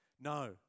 no